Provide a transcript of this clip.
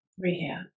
Rehab